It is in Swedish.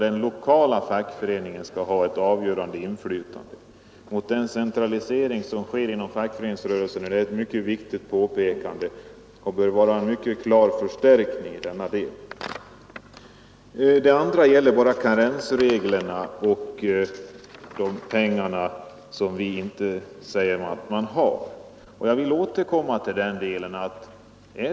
Den lokala fackföreningen skall ha ett avgörande inflytande. Med tanke på den decentralisering som sker inom fackföreningsrörelsen är det ett mycket viktigt påpekande och bör vara en klar förstärkning i denna del. Det andra jag vill ta upp gäller karensreglerna och de pengar som vi inte säger att man har. Jag vill återkomma till detta.